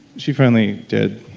she finally did.